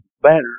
banner